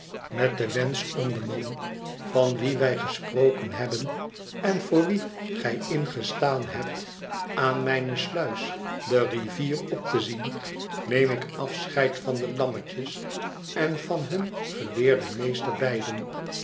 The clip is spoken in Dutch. met den wensch omden man van wien wij gesproken hebben en voor wien gij ingestaan hebt aan mijne sluis de rivier op te zien neem ik afecheid van de lammetjes en van hun geleerden meester beiden